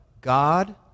God